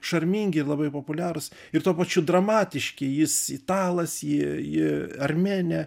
šarmingi ir labai populiarūs ir tuo pačiu dramatiški jis italas ji ji armėnė